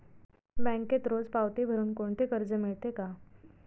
बँकेत रोज पावती भरुन कोणते कर्ज मिळते का?